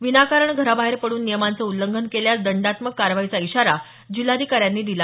विनाकारण घराबाहेर पडून नियमांचं उल्लंघन केल्यास दंडात्मक कारवाईचा इशारा जिल्हाधिकाऱ्यांनी दिला